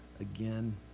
again